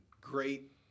great